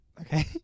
Okay